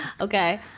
Okay